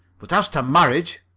but as to marriage.